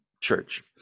church